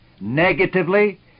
Negatively